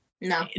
no